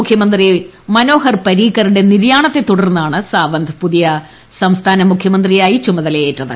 മുഖ്യമന്ത്രി മനോഹർ പരീക്കറുടെ നിര്യാണത്തെ തുടർന്നാണ് സാവന്ത് പുതിയ സംസ്ഥാന മുഖ്യമന്ത്രിയായി ചുമതലയേറ്റത്